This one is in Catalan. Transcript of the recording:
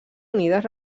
unides